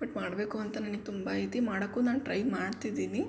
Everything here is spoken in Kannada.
ಬಟ್ ಮಾಡಬೇಕು ಅಂತ ನನಗೆ ತುಂಬ ಐತಿ ಮಾಡೋಕ್ಕೂ ನಾನು ಟ್ರೈ ಮಾಡ್ತಿದ್ದೀನಿ